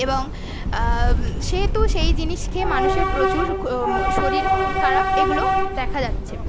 এবং সেহেতু সেই জিনিস খেয়ে মানুষের প্রচুর শরীর খারাপ এগুলো দেখা যাচ্ছে